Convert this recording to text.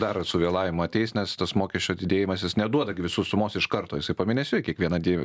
daro suvėlavimą ateis nes tas mokesčio didėjimas jis neduoda gi visų sumos iš karto jisai pamėnesiui kiekviena diena